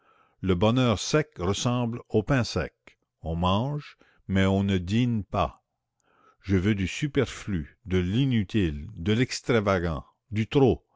le bonheur sec ressemble au pain sec on mange mais on ne dîne pas je veux du superflu de l'inutile de l'extravagant du trop